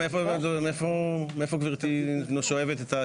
--- סליחה, מאיפה גבירתי שואבת את המידע הזה?